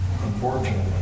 unfortunately